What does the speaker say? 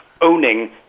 owning